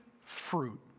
fruit